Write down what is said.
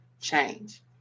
change